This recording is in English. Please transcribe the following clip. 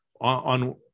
on